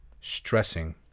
stressing